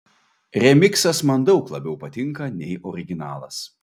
remiksas man daug labiau patinka nei originalas